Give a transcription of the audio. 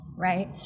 Right